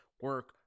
Work